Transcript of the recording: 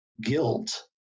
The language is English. guilt